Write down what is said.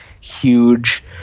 huge